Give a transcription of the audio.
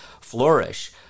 flourish